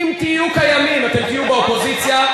אם תהיו קיימים אתם תהיו באופוזיציה.